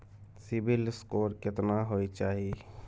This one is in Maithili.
सिबिल स्कोर केतना होय चाही?